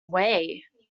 way